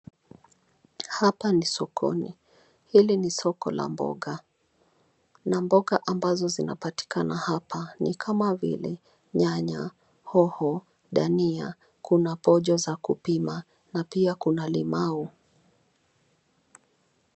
Hapa ni sokoni. Hili ni soko la mboga na ambazo zinapatikana hapa ni kama vile, nyanya, hoho, dania, kuna pojo za kupima na pia kuna limau.